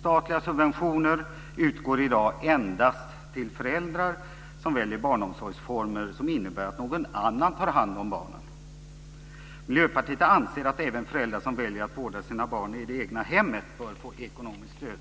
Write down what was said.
Statliga subventioner utgår i dag endast till föräldrar som väljer barnomsorgsformer som innebär att någon annan tar hand om barnen. Miljöpartiet anser att även föräldrar som väljer att vårda sina barn i det egna hemmet bör få ekonomiskt stöd.